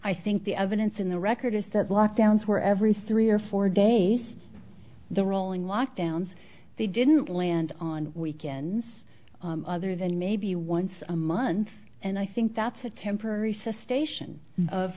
i think the evidence in the record is that lock downs were every three or four days the rolling lockdowns they didn't land on weekends other than maybe once a month and i think that's a temporary cessation of